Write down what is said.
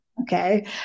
Okay